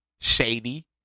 Shady